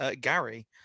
Gary